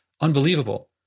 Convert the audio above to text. unbelievable